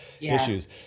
issues